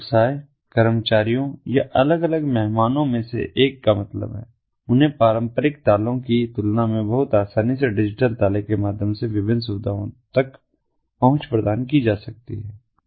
एक व्यवसाय कर्मचारियों या अलग अलग मेहमानों में से एक का मतलब है उन्हें पारंपरिक तालों की तुलना में बहुत आसानी से डिजिटल ताले के माध्यम से विभिन्न सुविधाओं तक पहुंच प्रदान की जा सकती है